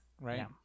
right